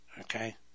okay